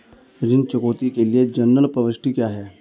ऋण चुकौती के लिए जनरल प्रविष्टि क्या है?